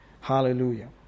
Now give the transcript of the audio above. Hallelujah